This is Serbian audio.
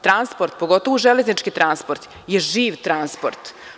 Transport, pogotovo železnički transport je živ transport.